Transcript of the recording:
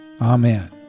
Amen